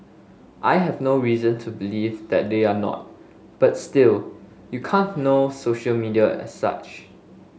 I have no reason to believe that they are not but still you can't know social media as such